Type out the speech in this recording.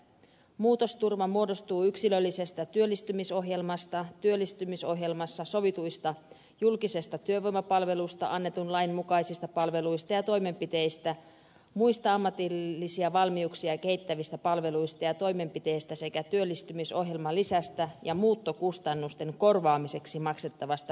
muutosturva muodostuu yksilöllisestä työllistymisohjelmasta työllistymisohjelmassa sovituista julkisesta työvoimapalvelusta annetun lain mukaisista palveluista ja toimenpiteistä muista ammatillisia valmiuksia kehittävistä palveluista ja toimenpiteistä sekä työllistymisohjelman lisästä ja muuttokustannusten korvaamiseksi maksettavasta liikkuvuusavustuksesta